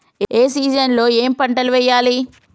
ఏ season లో ఏం పంటలు వెయ్యాలి?